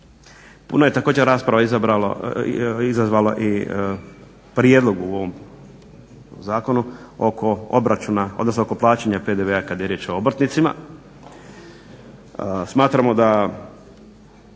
Puno je također rasprava izazvao i prijedlog u ovom zakonu oko obračuna odnosno oko plaćanja PDV-a kad je riječ o obrtnicima. Smatramo da